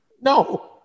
No